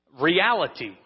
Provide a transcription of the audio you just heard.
Reality